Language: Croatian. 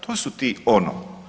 To su ti ono.